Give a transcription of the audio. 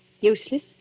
useless